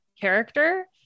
character